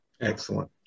Excellent